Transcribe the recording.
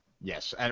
Yes